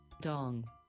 Dong